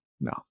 No